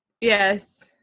Yes